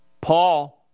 Paul